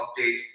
update